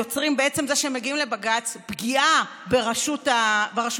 יוצרים בעצם זה שהם מגיעים לבג"ץ פגיעה ברשות השופטת.